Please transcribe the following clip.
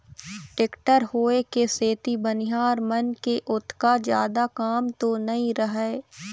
tractor होय के सेती बनिहार मन के ओतका जादा काम तो नइ रहय